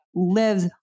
lives